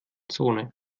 zone